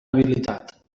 habilitat